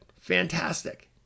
fantastic